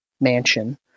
mansion